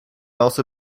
also